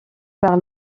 par